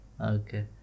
Okay